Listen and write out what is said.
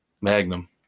Magnum